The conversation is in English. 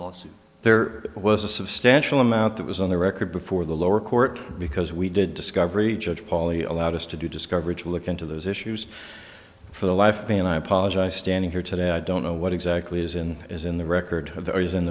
lawsuit there was a substantial amount that was on the record before the lower court because we did discovery judge pauley allowed us to do discovery to look into those issues for the life and i apologize standing here today i don't know what exactly is in is in the record